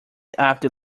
after